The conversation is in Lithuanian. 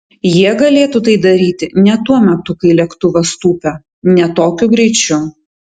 jie galėtų tai daryti ne tuo metu kai lėktuvas tūpia ne tokiu greičiu